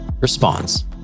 response